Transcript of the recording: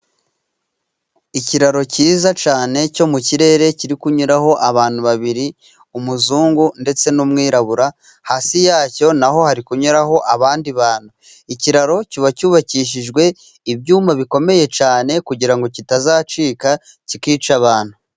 Ikiraro cyiza cyane cyo mu kirere, kiri kunyuraho abantu babiri umuzungu ndetse n'umwirabura, hasi yacyo naho hari kunyuraho abandi bantu, Ikiraro kiba cyubakishijwe ibyuma bikomeye cyane kugira ngo kitazacika kikica abantu.